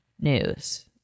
news